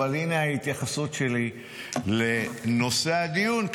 אבל הינה ההתייחסות שלי לנושא הדיון,